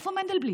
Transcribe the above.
איפה מנדלבליט?